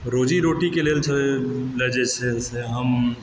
रोज़ी रोटी के लेल छै मे जे छै से हम